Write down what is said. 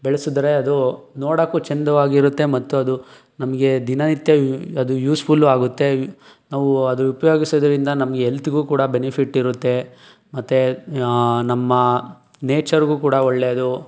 ಬೆಳ್ಸಿದ್ರೆ ಅದು ನೋಡೋಕ್ಕೂ ಚಂದವಾಗಿರುತ್ತೆ ಮತ್ತು ಅದು ನಮಗೆ ದಿನನಿತ್ಯ ಯೂ ಅದು ಯೂಸ್ಫುಲ್ಲೂ ಆಗುತ್ತೆ ನಾವು ಅದು ಉಪಯೋಗಿಸೋದ್ರಿಂದ ನಮ್ಗೆ ಎಲ್ತ್ಗೂ ಕೂಡ ಬೆನಿಫಿಟ್ ಇರುತ್ತೆ ಮತ್ತು ನಮ್ಮ ನೇಚರ್ಗೂ ಕೂಡ ಒಳ್ಳೆಯದು